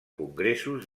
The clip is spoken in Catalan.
congressos